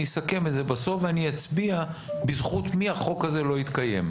אסכם את זה בסוף ואני אצביע בזכות מי החוק הזה לא יתקיים.